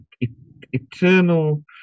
eternal